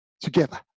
together